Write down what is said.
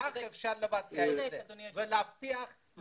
רק כך אפשר לבצע את זה ולהבטיח לסגור את המחנות.